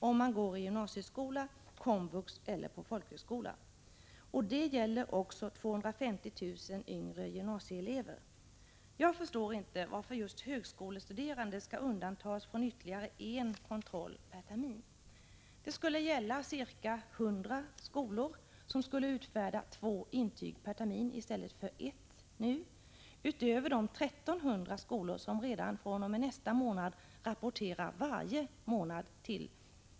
Detta gäller gymnasieskola, komvux och folkhögskola, och det gäller också ca 250 000 yngre gymnasieelever. Jag förstår inte varför just högskolestuderande skall undantas från ytterligare en kontroll per termin. Det skulle gälla ca 100 skolor som skulle utfärda två intyg per termin, utöver de 1 300 skolor som redan fr.o.m. nästa månad rapporterar varje månad.